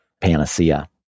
panacea